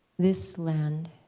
this land